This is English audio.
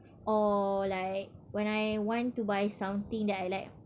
or like when I want to buy something that I like